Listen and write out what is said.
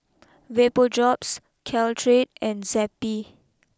Vapodrops Caltrate and Zappy